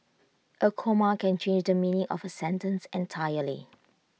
A comma can change the meaning of A sentence entirely